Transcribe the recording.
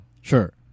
Sure